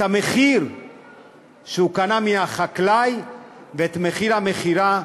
המחיר שבו הוא קנה מהחקלאי ואת מחיר המכירה,